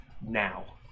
now